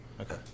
okay